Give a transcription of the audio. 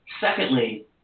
Secondly